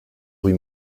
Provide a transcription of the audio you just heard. rue